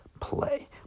play